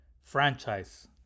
franchise